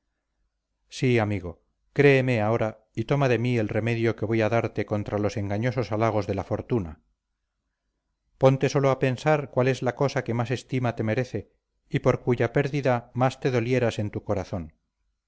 sí amigo créeme ahora y toma de mí el remedio que voy a darte contra los engañosos halagos de la fortuna ponte sólo a pensar cuál es la cosa que más estima te merece y por cuya pérdida más te dolieras en tu corazón